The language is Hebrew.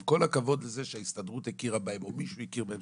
עם כל הכבוד לזה שההסתדרות או מישהו אחר הכירו בהם.